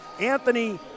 Anthony